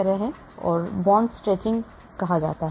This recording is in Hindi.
इसलिए इसे बांड स्ट्रेचिंग कहा जाता है